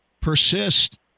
persist